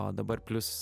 o dabar plius